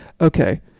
Okay